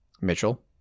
Mitchell